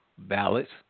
ballots